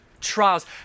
trials